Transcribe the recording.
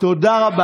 אתה יכול לקרוא,